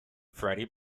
freddie